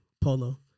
polo